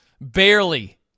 barely